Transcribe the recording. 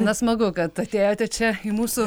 na smagu kad atėjote čia į mūsų